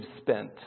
spent